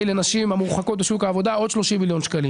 לנשים המרוחקות משוק העבודה - עוד 30 מיליון שקלים,